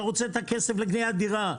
אתה רוצה את הכסף לקניית דירה.